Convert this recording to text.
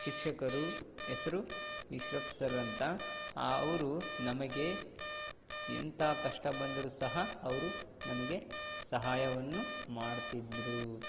ಶಿಕ್ಷಕರು ಹೆಸರು ಇಶ್ರಬ್ ಸರ್ ಅಂತ ಅವರು ನಮಗೆ ಎಂಥ ಕಷ್ಟ ಬಂದರೂ ಸಹ ಅವರು ನಮಗೆ ಸಹಾಯವನ್ನು ಮಾಡುತ್ತಿದ್ರು